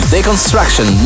Deconstruction